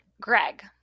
Greg